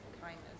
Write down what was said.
kindness